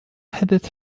headed